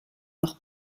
leur